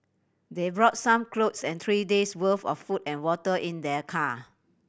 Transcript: they brought some clothes and three days'worth of food and water in their car